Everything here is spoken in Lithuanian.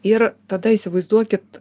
ir tada įsivaizduokit